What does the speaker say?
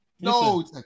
No